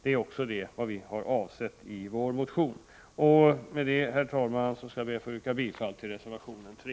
Det är också vad vi har avsett med vår motion. Med detta, herr talman, skall jag be att få yrka bifall till reservation 3.